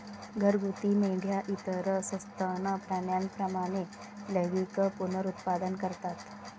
घरगुती मेंढ्या इतर सस्तन प्राण्यांप्रमाणे लैंगिक पुनरुत्पादन करतात